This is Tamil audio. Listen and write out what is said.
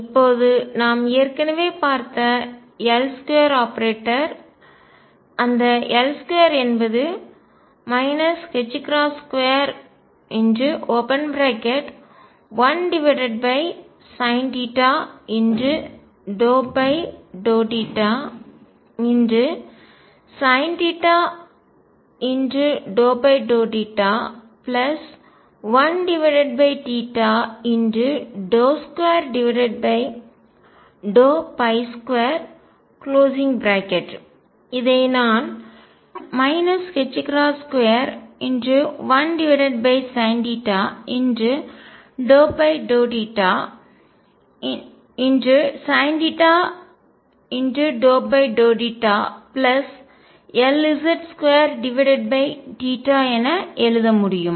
இப்போது நாம் ஏற்கனவே பார்த்த L2 ஆபரேட்டர் அந்த L2 என்பது 21sinθ∂θsinθ∂θ 1 22 இதை நான் 21sinθ∂θsinθ∂θ Lz2 என எழுத முடியும்